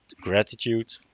gratitude